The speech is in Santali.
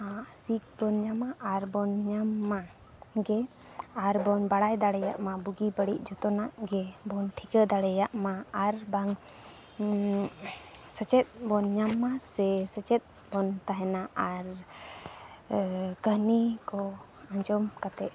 ᱥᱤᱠ ᱵᱚᱱ ᱧᱟᱢᱟ ᱟᱨ ᱵᱚᱱ ᱧᱟᱢ ᱢᱟ ᱜᱮ ᱟᱨᱵᱚᱱ ᱵᱟᱲᱟᱭ ᱫᱟᱲᱮᱭᱟᱜ ᱢᱟ ᱵᱩᱜᱤᱼᱵᱟᱹᱲᱤᱡ ᱡᱚᱛᱚᱱᱟᱜ ᱜᱮ ᱵᱚᱱ ᱴᱷᱤᱠᱟ ᱫᱟᱲᱮᱭᱟᱜ ᱢᱟ ᱟᱨ ᱵᱟᱝ ᱥᱮᱪᱮᱫ ᱵᱚᱱ ᱧᱟᱢ ᱢᱟ ᱥᱮ ᱥᱮᱪᱮᱫ ᱵᱚᱱ ᱛᱟᱦᱮᱱᱟ ᱟᱨ ᱠᱟᱹᱦᱱᱤ ᱠᱚ ᱟᱸᱡᱚᱢ ᱠᱟᱛᱮᱫ